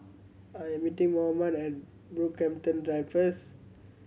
I am meeting Mohamed at Brockhampton Drive first